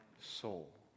soul